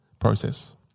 Process